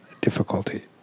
difficulty